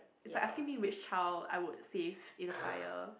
it's like asking me which child I would save in a fire